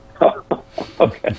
okay